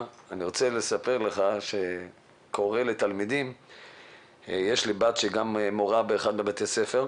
אני רוצה לספר לך שיש לי בת שהיא מורה באחד מבתי הספר.